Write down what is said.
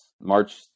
March